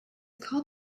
called